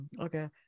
Okay